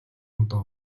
удаа